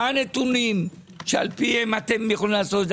מה הנתונים שלפיהם אתם יכולים לעשות את זה.